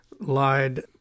lied